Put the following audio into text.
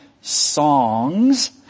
songs